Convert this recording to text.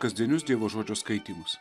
kasdienius dievo žodžio skaitymus